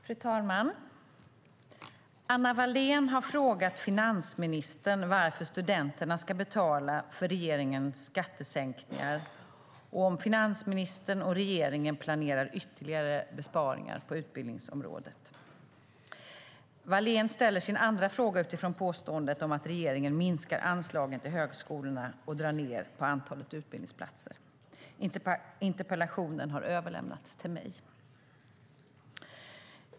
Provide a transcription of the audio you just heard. Fru talman! Anna Wallén har frågat finansministern varför studenterna ska betala för regeringens skattesänkningar och om finansministern och regeringen planerar ytterligare besparingar på utbildningsområdet. Wallén ställer sin andra fråga utifrån påståendet att regeringen minskar anslagen till högskolorna och drar ned på antalet utbildningsplatser. Interpellationen har överlämnats till mig.